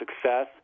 success